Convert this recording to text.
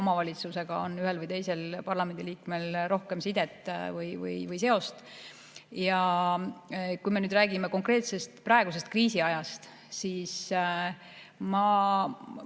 omavalitsusega on ühel või teisel parlamendiliikmel rohkem sidet või seost. Kui me nüüd räägime konkreetselt praegusest kriisiajast, siis ma